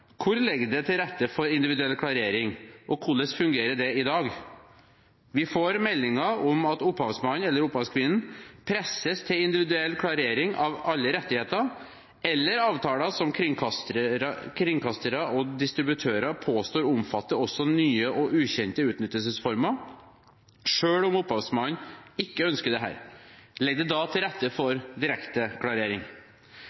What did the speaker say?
Hvor ligger det til rette for individuell klarering, og hvordan fungerer det i dag? Vi får meldinger om at opphavsmannen/-kvinnen presses til individuell klarering av alle rettigheter eller avtaler som kringkastere og distributører påstår omfatter også nye og ukjente utnyttelsesformer, selv om opphavsmannen ikke ønsker dette. Ligger det da til rette for